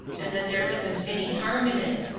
and that there isn't any harm in it.